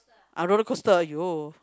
a roller coaster !aiyo!